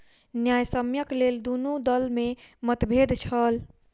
न्यायसम्यक लेल दुनू दल में मतभेद छल